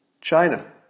China